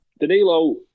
Danilo